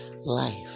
life